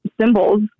symbols